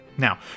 Now